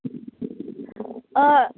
अँ